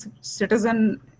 citizen